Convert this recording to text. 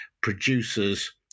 producers